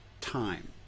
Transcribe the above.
time